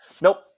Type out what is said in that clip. Nope